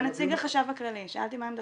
אתה נציג החשב הכללי, שאלתי מה עמדתך.